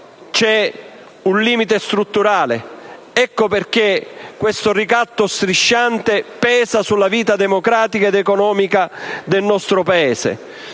c'è un limite strutturale, ecco perché questo ricatto strisciante pesa sulla vita democratica ed economica del nostro Paese.